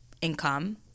income